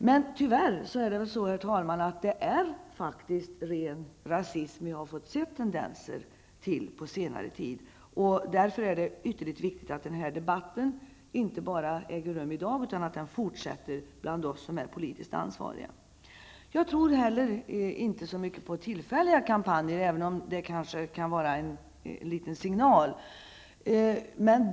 Men tyvärr är det väl så, herr talman, att det är ren rasim vi har fått se tendenser till på senare tid. Därför är det ytterligt viktigt att den här debatten inte bara äger rum i dag utan att den fortsätter bland dem som är politiskt ansvariga. Inte heller jag tror så mycket på tillfälliga kampanjer, även om de kanske kan vara en liten signal.